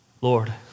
Lord